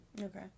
Okay